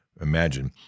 imagine